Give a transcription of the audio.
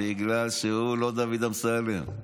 בגלל שהוא לא דוד אמסלם.